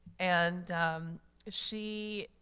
and she,